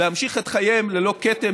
להמשיך את חייהם ללא כתם.